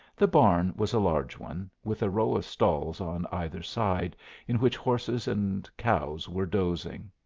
the barn was a large one, with a row of stalls on either side in which horses and cows were dozing.